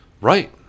Right